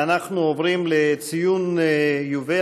אנחנו עוברים לציון יובל,